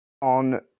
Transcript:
on